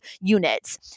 units